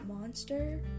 monster